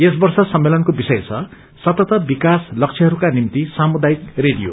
यस वर्ष सम्मेलनको विषय छ सतत् विकास लक्ष्यहरूका निम्ति सामुदाथिक रेडियो